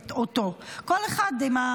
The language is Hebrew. כל אחד עם,